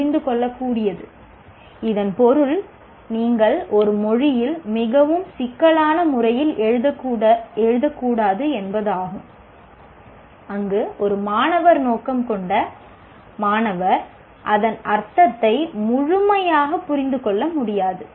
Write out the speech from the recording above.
புரிந்துகொள்ளக்கூடியது இதன் பொருள் நீங்கள் ஒரு மொழியில் மிகவும் சிக்கலான முறையில் எழுதக்கூடாது என்பதாகும் அங்கு ஒரு மாணவர் நோக்கம் கொண்ட மாணவர் அதன் அர்த்தத்தை முழுமையாக புரிந்து கொள்ள முடியாது